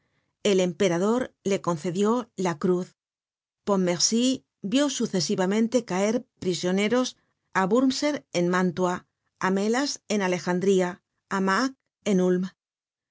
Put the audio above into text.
el emperador le concedió la cruz pontmercy vió sucesivamente caer prisioneros á wurmser en mántua á melas en alejandría á mack en ulm